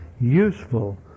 useful